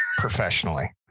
professionally